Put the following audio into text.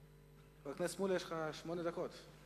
חבר הכנסת מולה, יש לך שמונה דקות.